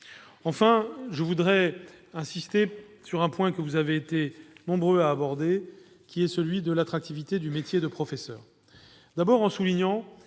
Enfin, je veux insister sur un point que vous avez été nombreux à aborder, celui de l'attractivité du métier de professeur. Je souligne